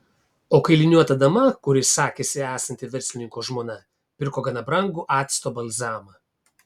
o kailiniuota dama kuri sakėsi esanti verslininko žmona pirko gana brangų acto balzamą